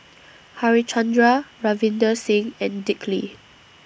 Harichandra Ravinder Singh and Dick Lee